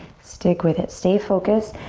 stick with it, stay focused.